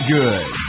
good